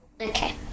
Okay